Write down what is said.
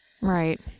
Right